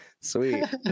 Sweet